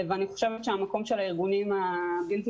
אני חושבת שהמקום של הארגונים הבלתי